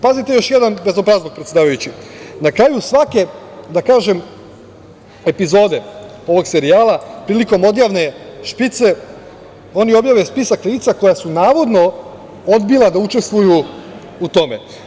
Pazite još jedan bezobrazluk, predsedavajući – na kraju svake, da kažem, epizode ovog serijala, prilikom odjavne špice, oni objave spisak lica koja su navodno odbila da učestvuju u tome.